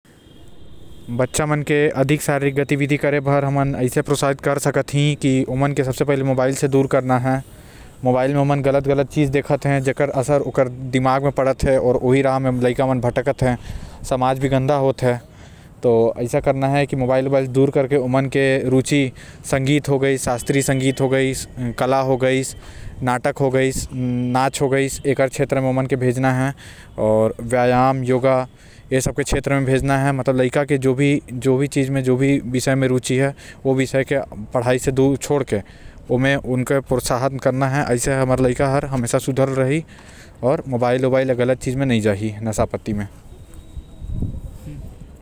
बच्चा मन के अधिक से अधिक गतिविधि करे बर हमन ए कर सकत ही के सबसे पहिले हमन ल ओमन के मोबाइल से दूर करना है। जेन से ओमन के बाहरी खेल कूद म ध्यान जाए आऊ ओमन बाहर के कम काज से उजागर हों।